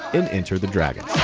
in enter the dragon.